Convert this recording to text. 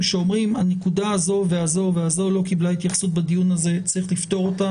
שאומרים שהנקודה הזו והזו לא קיבלה התייחסות בדיון הזה וצריך לפתור אותה.